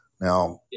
now